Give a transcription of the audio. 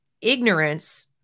ignorance